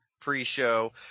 pre-show